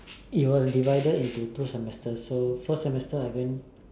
it was divided into two semester so first semester I went